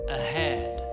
ahead